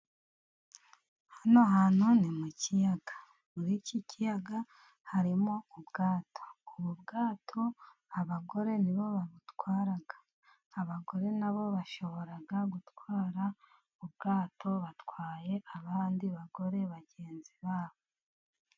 Hano hantu ni mu kiyaga, muri iki kiyaga harimo ubwato, ubu bwato abagore nibo babutwara; abagore nabo bashobora gutwara ubwato batwaye abandi bagore bagenzi babo.